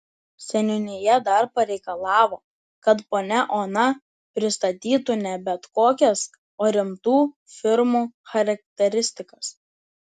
seniūnija dar pareikalavo kad ponia ona pristatytų ne bet kokias o rimtų firmų charakteristikas